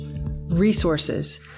resources